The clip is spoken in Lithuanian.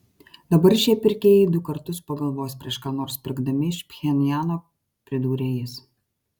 dabar šie pirkėjai du kartus pagalvos prieš ką nors pirkdami iš pchenjano pridūrė jis